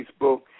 Facebook